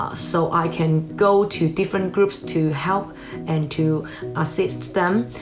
ah so i can go to different groups to help and to assist them.